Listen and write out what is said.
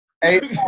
Hey